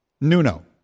Nuno